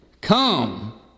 come